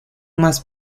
más